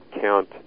count